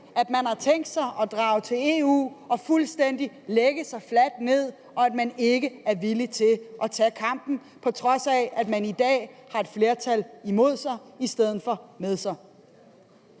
at de har tænkt sig at drage til EU og lægge sig fladt ned og ikke er villig til at tage kampen, på trods af at man i dag har et flertal imod sig i stedet for med sig.